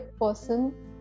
person